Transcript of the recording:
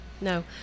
no